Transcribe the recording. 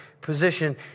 position